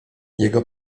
jego